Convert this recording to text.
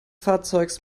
fahrzeugs